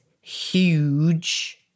huge